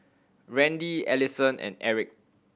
Randi Ellison and Erick